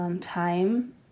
time